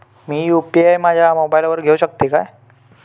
मी UPI माझ्या मोबाईलावर घेवक शकतय काय?